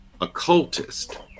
occultist